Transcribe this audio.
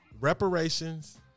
reparations